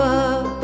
up